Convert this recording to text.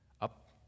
Up